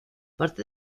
parte